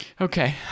okay